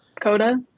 coda